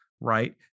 right